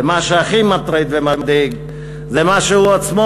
ומה שהכי מטריד ומדאיג זה מה שהוא עצמו